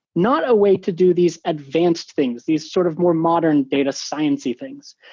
not a way to do these advanced things, these sort of more modern data science-y things.